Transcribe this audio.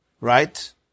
Right